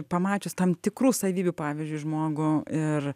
pamačius tam tikrų savybių pavyzdžiui žmogų ir